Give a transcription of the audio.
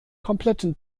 kompletten